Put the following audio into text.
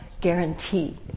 guarantee